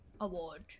Award